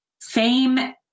fame